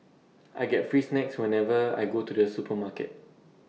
I get free snacks whenever I go to the supermarket